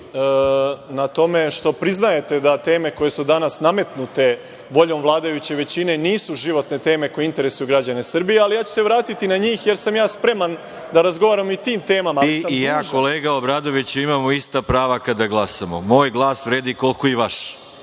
na tome što priznajete da teme koje su danas nametnute voljom vladajuće većine nisu životne teme koje interesuju građane Srbije, ali ja ću se vratiti na njih, jer sam spreman da razgovaram i o tim temama. **Veroljub Arsić** Kolega Obradoviću, imamo ista prava kada glasamo. Moj glas vredi koliko i vaš